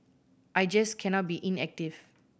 I just cannot be inactive